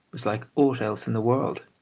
was like aught else in the world!